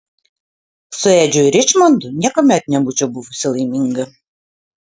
su edžiu ričmondu niekuomet nebūčiau buvusi laiminga